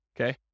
Okay